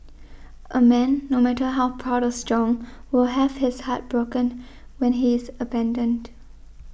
a man no matter how proud or strong will have his heart broken when he is abandoned